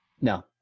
No